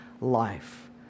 life